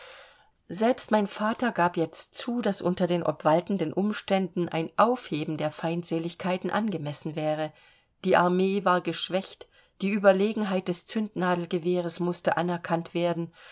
selbst mein vater gab jetzt zu daß unter den obwaltenden umständen ein aufheben der feindseligkeiten angemessen wäre die armee war geschwächt die uberlegenheit des zündnadelgewehres mußte anerkannt werden